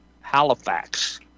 Halifax